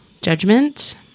Judgment